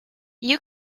you